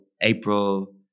April